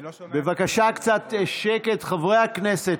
אני לא שומע, בבקשה קצת שקט, חברי הכנסת.